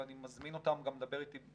ואני מזמין אותם גם לדבר איתי,